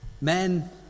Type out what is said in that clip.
Men